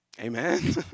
Amen